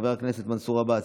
חבר הכנסת מנסור עבאס,